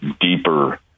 deeper